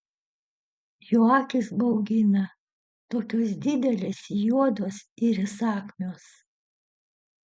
jo akys baugina tokios didelės juodos ir įsakmios